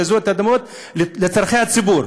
גזלו את האדמות לצורכי הציבור.